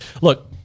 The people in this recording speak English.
Look